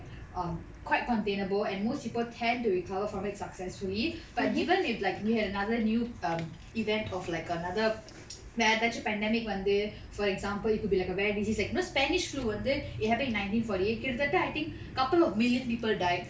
um quite containable and most people tend to recover from it successfully but given if like we had another new um event of like another வேறேதாச்சும்:verethachum pandemic வந்து:vanthu for example it could be like a rare disease like you know spanish flu வந்து:vanthu it happen in nineteen forty eight கிட்ட தட்ட:kitta thatta I think a couple of million people died